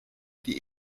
die